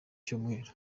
cyumweru